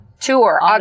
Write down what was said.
Tour